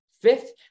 fifth